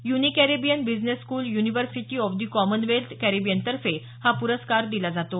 UniCaribbean business school university of the Commonwealth कॅरेबियनतर्फे हा पुरस्कार दिला जातो